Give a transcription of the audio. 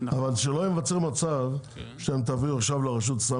אבל שלא ייווצר מצב שאתם תעבירו עכשיו לרשות,